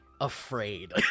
afraid